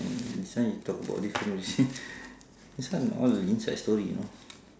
this one you talk about this you see this one all the inside story you know